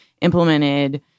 implemented